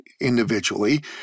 individually